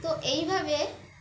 তো এইভাবে